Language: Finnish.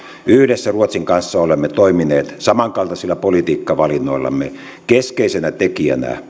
yhdessä ruotsin kanssa olemme toimineet samankaltaisilla politiikkavalinnoillamme keskeisenä tekijänä